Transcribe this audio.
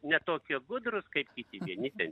ne tokie gudrūs kaip kiti vieni ten